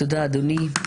תודה, אדוני.